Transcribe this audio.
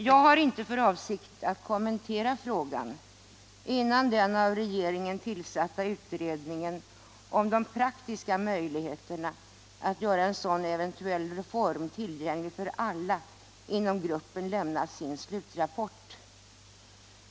Jag har inte för avsikt att kommentera frågan innan den av regeringen tillsatta utredningen om de praktiska möjligheterna att göra en sådan eventuell reform tillgänglig för alla inom gruppen lämnat sin slutrapport.